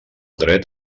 dret